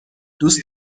دوست